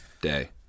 Day